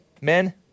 men